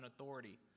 authority